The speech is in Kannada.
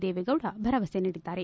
ದೇವೇಗೌಡ ಭರವಸೆ ನೀಡಿದ್ದಾರೆ